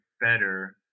better